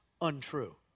untrue